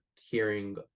hearing